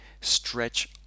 Stretch